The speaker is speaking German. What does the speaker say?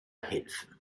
helfen